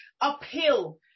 uphill